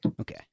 Okay